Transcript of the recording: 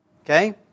Okay